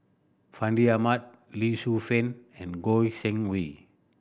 Fandi Ahmad Lee Shu Fen and Goi Seng Hui